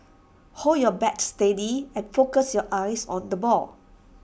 hold your bat steady and focus your eyes on the ball